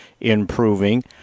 improving